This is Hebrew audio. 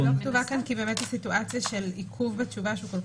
היא לא כתובה כאן כי באמת הסיטואציה של עיכוב כל כך